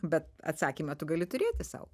bet atsakymą tu gali turėti sau